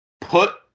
Put